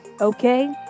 okay